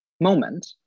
moment